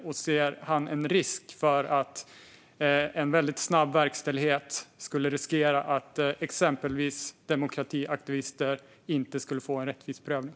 Och ser Fredrik Malm en risk för att en väldigt snabb verkställighet skulle innebära att exempelvis demokratiaktivister inte får en rättvis prövning?